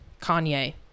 Kanye